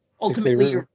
ultimately